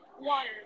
water